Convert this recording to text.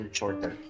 shorter